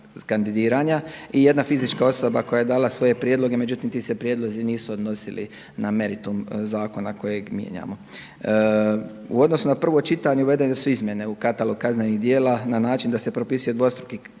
I jedna fizička osoba koja je dala svoje prijedloge, međutim ti se prijedlozi nisu odnosili na meritum zakona kojeg mijenjamo. U odnosu na prvo čitanje uvedene su izmjene u katalog kaznenih djela na način da se propisuje dvostruki katalog